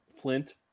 Flint